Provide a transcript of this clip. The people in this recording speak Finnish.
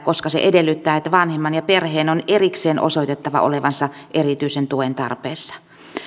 koska se edellyttää että vanhemman ja perheen on erikseen osoitettava olevansa erityisen tuen tarpeessa